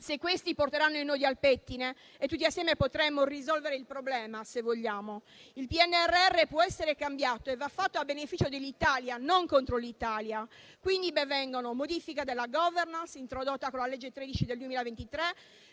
se questi porteranno i nodi al pettine e tutti assieme potremmo risolvere il problema, se vogliamo. Il PNRR può essere cambiato e va fatto a beneficio dell'Italia, non contro il Paese: ben vengano, quindi, modifiche della *governance*, introdotta con il decreto- legge n. 13 del 2023,